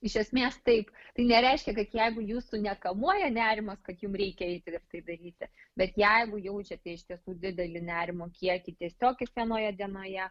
iš esmės taip tai nereiškia kad jeigu jūsų nekamuoja nerimas kad jum reikia eiti ir tai daryti bet jeigu jaučiate iš tiesų didelį nerimo kiekį tiesiog kiekvienoje dienoje